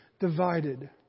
divided